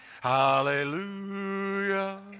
Hallelujah